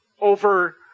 over